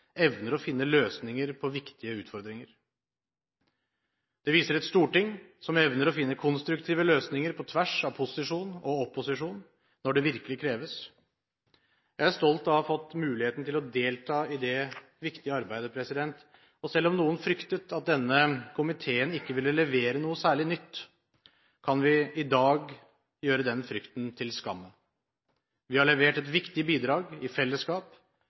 evner å finne løsninger med tanke på viktige utfordringer. Den viser et storting som evner å finne konstruktive løsninger på tvers av posisjon og opposisjon når det virkelig kreves. Jeg er stolt av å ha fått muligheten til å delta i dette viktige arbeidet, og selv om noen fryktet at denne komiteen ikke ville levere noe særlig nytt, kan vi i dag gjøre den frykten til skamme. Vi har levert et viktig bidrag i fellesskap